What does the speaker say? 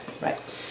Right